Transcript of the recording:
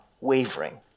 wavering